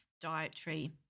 dietary